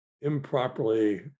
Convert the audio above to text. improperly